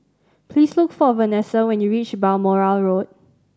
please look for Venessa when you reach Balmoral Road